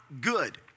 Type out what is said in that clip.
good